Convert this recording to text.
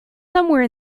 somewhere